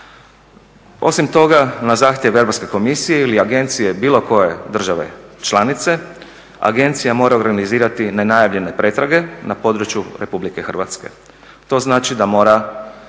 Osim toga na zahtjev Europske komisije ili agencije bilo koje države članice agencija mora organizirati nenajavljene pretrage na području RH. to znači da mora